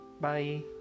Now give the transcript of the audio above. Bye